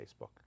Facebook